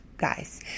guys